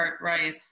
Right